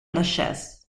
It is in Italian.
lachaise